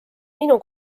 minu